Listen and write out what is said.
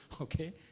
okay